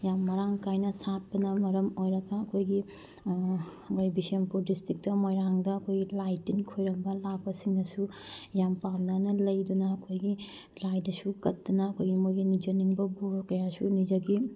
ꯌꯥꯝ ꯃꯔꯥꯡ ꯀꯥꯏꯅ ꯁꯥꯠꯄꯅ ꯃꯔꯝ ꯑꯣꯏꯔꯒ ꯑꯩꯈꯣꯏꯒꯤ ꯑꯩꯈꯣꯏ ꯕꯤꯁꯦꯟꯄꯨꯔ ꯗꯤꯁꯇ꯭ꯔꯤꯛꯇ ꯃꯣꯏꯔꯥꯡꯗ ꯑꯩꯈꯣꯏꯒꯤ ꯂꯥꯏ ꯇꯤꯟ ꯈꯣꯏꯔꯝꯕ ꯂꯥꯛꯄꯁꯤꯡꯅꯁꯨ ꯌꯥꯝ ꯄꯥꯝꯅꯅ ꯂꯩꯗꯨꯅ ꯑꯩꯈꯣꯏꯒꯤ ꯂꯥꯏꯗꯁꯨ ꯀꯠꯇꯅ ꯑꯩꯈꯣꯏꯒꯤ ꯃꯣꯏꯒꯤ ꯅꯤꯖꯅꯤꯡꯕ ꯕꯣꯔ ꯀꯌꯥꯁꯨ ꯅꯤꯖꯈꯤ